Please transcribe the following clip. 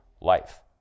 life